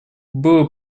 было